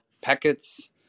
packets